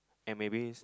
and maybes